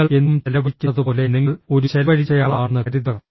നിങ്ങൾ എന്തും ചെലവഴിക്കുന്നതുപോലെ നിങ്ങൾ ഒരു ചെലവഴിച്ചയാളാണെന്ന് കരുതുക